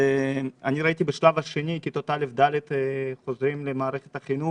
ראיתי שבשלב השני תלמידי כיתות א'-ד' חוזרים למערכת החינוך,